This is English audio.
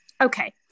Okay